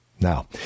Now